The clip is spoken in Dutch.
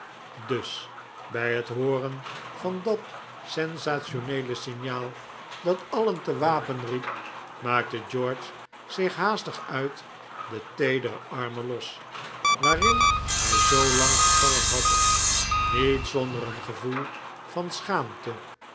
dus bij het hooren van dat sensationeele signaal dat alien te wapen riep maakte george zich haastig uit de teedere armen los waarin hij zoo lang getalmd had niet zonder een gevoel van schaamte